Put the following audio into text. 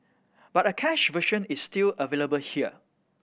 but a cached version is still available here